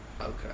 Okay